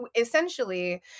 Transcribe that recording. essentially